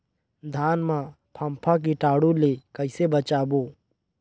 धान मां फम्फा कीटाणु ले कइसे बचाबो?